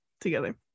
together